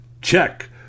Check